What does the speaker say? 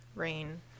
rain